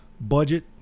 budget